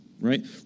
right